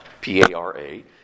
P-A-R-A